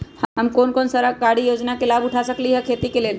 हम कोन कोन सरकारी योजना के लाभ उठा सकली ह खेती के लेल?